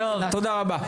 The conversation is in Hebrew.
תודה רבה.